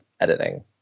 editing